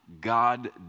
God